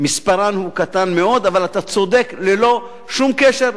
מספרן הוא קטן מאוד, אבל אתה צודק, ללא שום קשר.